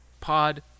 pod